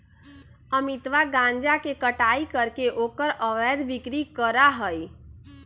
अमितवा गांजा के कटाई करके ओकर अवैध बिक्री करा हई